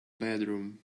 bedroom